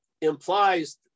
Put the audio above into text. implies